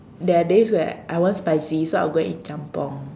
there are days where I want spicy so I would go and eat jjamppong